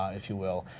ah if you will,